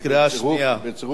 בצירוף לוח התיקונים.